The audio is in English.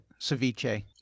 ceviche